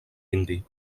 indi